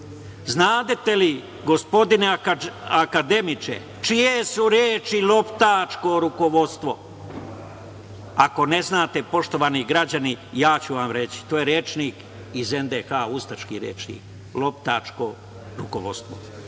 znate li, gospodine akademiče, čije su reči „loptačko rukovodstvo“? Ako ne znate, poštovani građani, ja ću vam reći, to je rečnik iz NDH, ustaški rečnik, loptačko rukovodstvo. Ta